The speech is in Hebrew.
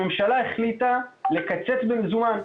הממשלה החליטה לקצץ במזומן.